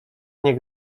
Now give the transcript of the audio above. nie